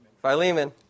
Philemon